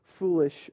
Foolish